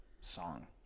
song